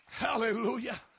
Hallelujah